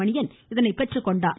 மணியன் இதனை பெற்றுக்கொண்டார்